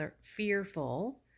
fearful